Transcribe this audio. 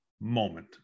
moment